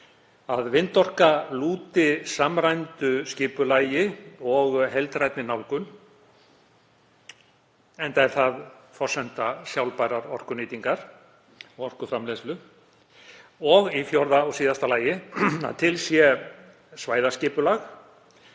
Að vindorka lúti samræmdu skipulagi og heildrænni nálgun, enda er það forsenda sjálfbærrar orkunýtingar og orkuframleiðslu. Í fjórða og síðasta lagi að til sé svæðaskipulag,